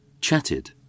chatted